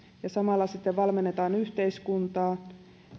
ja samalla valmentaa yhteiskuntaan